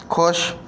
ਖੁਸ਼